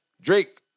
Drake